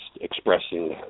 expressing